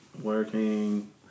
Working